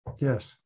Yes